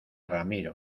ramiro